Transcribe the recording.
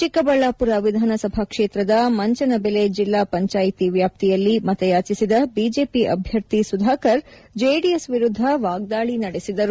ಚಿಕ್ಕಬಳ್ಳಾಪುರ ವಿಧಾನಸಭಾ ಕ್ಷೇತ್ರದ ಮಂಚನಬೆಲೆ ಜಿಲ್ಲಾ ಪಂಚಾಯಿತಿ ವ್ಯಾಪ್ತಿಯಲ್ಲಿ ಮತಯಾಚಿಸಿದ ಬಿಜೆಪಿ ಅಭ್ಯರ್ಥಿ ಸುಧಾಕರ್ ಜೆಡಿಎಸ್ ವಿರುದ್ದ ವಾಗ್ದಾಳಿ ನಡೆಸಿದರು